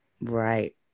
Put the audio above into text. Right